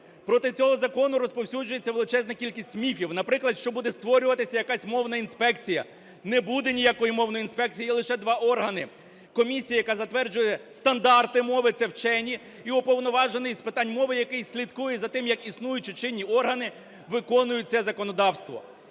Проти цього закону розповсюджується величезна кількість міфів. Наприклад, що буде створюватись якась мовна інспекція. Не буде ніякої мовної інспекції. Є лише два органи: комісія, яка затверджує стандарти мови (це вчені), і уповноважений з питань мови, який слідкує за тим, як існуючі чинні органи виконують це законодавство.